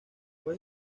fue